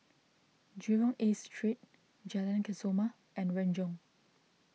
Jurong East Street Jalan Kesoma and Renjong